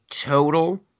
total